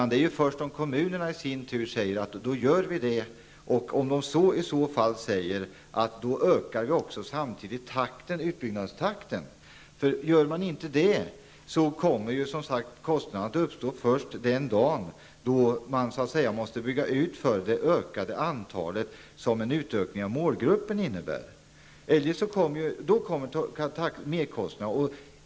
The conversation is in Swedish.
Det är först om kommunerna beslutar sig för att genomföra systemet och samtidigt ökar utbyggnadstakten som kostnaderna uppstår. Om man inte ökar utbyggnadstakten, uppstår kostnaderna först den dag då man måste bygga ut för det ökade antal som en utökning av målgruppen innebär. Då blir det merkostnader.